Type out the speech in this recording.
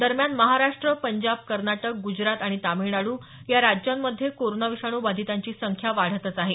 दरम्यान महाराष्ट्र पंजाब कर्नाटक गुजरात आणि तामिळनाडू या राज्यांमध्ये कोरोना विषाणू बाधितांची संख्या वाढतच आहे